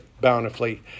bountifully